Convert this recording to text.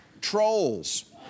Trolls